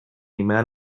man